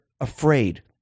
afraid